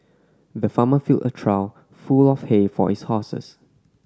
the farmer filled a trough full of hay for his horses